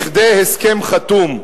לכדי הסכם חתום.